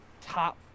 top